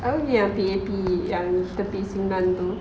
aku pergi yang P_A_P yang tepi funan tu